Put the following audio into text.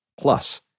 Plus